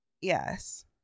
Yes